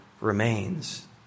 remains